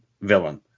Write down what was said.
villain